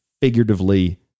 figuratively